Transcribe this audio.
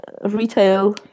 retail